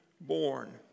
born